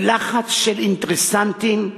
בלחץ של אינטרסנטים,